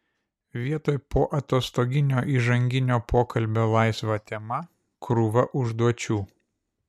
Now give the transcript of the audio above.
vietoj poatostoginio įžanginio pokalbio laisva tema krūva užduočių